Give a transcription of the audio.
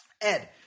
Ed